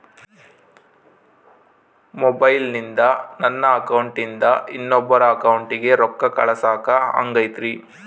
ಮೊಬೈಲಿಂದ ನನ್ನ ಅಕೌಂಟಿಂದ ಇನ್ನೊಬ್ಬರ ಅಕೌಂಟಿಗೆ ರೊಕ್ಕ ಕಳಸಾಕ ಆಗ್ತೈತ್ರಿ?